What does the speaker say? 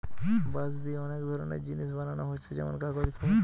বাঁশ দিয়ে অনেক ধরনের জিনিস বানানা হচ্ছে যেমন কাগজ, খাবার